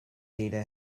data